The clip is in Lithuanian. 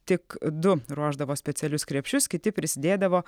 tik du ruošdavo specialius krepšius kiti prisidėdavo